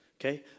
Okay